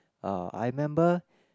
uh I remember